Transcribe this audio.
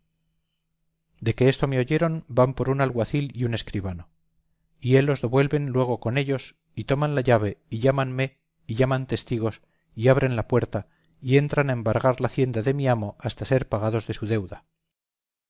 de que esto me oyeron van por un alguacil y un escribano y helos do vuelven luego con ellos y toman la llave y llámanme y llaman testigos y abren la puerta y entran a embargar la hacienda de mi amo hasta ser pagados de su deuda